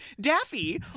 Daffy